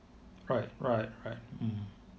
right right right mm